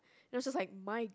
that was just like my